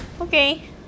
Okay